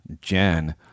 Jen